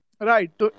right